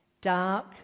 Dark